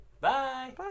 Bye